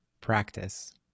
practice